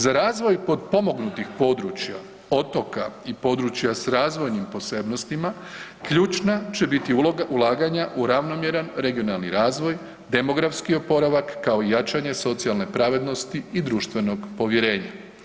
Za razvoj potpomognutih područja, otoka i područja s razvojnim posebnostima ključna će biti ulaganja u ravnomjeran regionalni razvoj, demografski oporavak, kao i jačanje socijalne pravednosti i društvenog povjerenja.